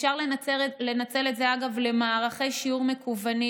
אפשר לנצל את זה למערכי שיעור מקוונים.